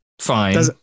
fine